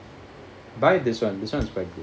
buy this one this one is quite good